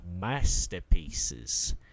masterpieces